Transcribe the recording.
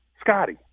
Scotty